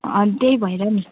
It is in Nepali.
अनि त्यही भएर नि